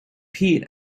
peat